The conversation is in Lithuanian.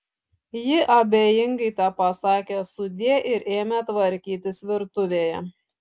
ji abejingai tepasakė sudie ir ėmė tvarkytis virtuvėje